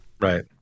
Right